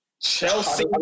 Chelsea